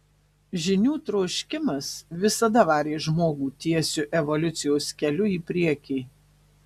žinių troškimas visada varė žmogų tiesiu evoliucijos keliu į priekį